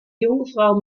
jungfrau